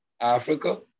Africa